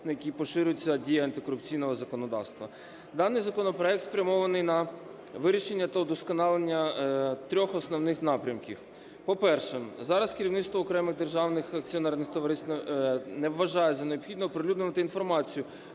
на яких поширюється дія антикорупційного законодавства. Даний законопроект спрямований на вирішення та удосконалення трьох основних напрямків. По-перше, зараз керівництво окремих державних акціонерних товариств не вважає за необхідне оприлюднювати інформацію